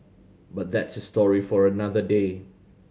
but that's a story for another day